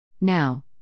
Now